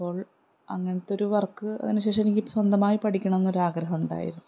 അപ്പോൾ അങ്ങനത്തെയൊരു വർക്ക് അതിനുശേഷം എനിക്ക് സ്വന്തമായി പഠിക്കണം എന്നൊരാഗ്രഹം ഉണ്ടായിരുന്നു